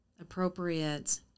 appropriate